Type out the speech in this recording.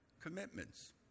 commitments